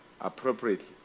appropriately